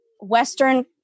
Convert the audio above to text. Western